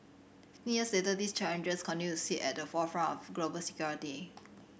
fifteen years later these challenges continue to sit at the forefront of global security